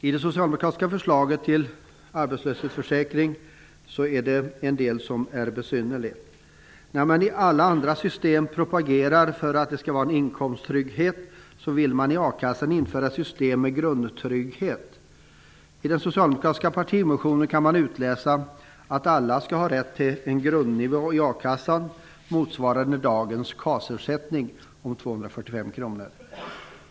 I det socialdemokratiska förslaget till arbetslöshetsförsäkring är det en del som är besynnerligt. När man i alla andra system propagerar för att det skall vara en inkomsttrygghet, vill man i a-kassan införa ett system med grundtrygghet. I den socialdemokratiska partimotionen kan man utläsa att alla skall ha rätt till en grundnivå i akassan motsvarande dagens KAS-ersättning, 245 kr.